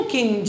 King